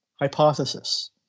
Hypothesis